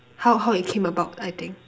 how how it came about I think